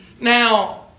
Now